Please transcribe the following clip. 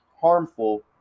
harmful